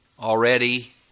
already